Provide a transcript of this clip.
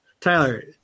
Tyler